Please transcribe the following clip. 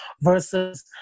versus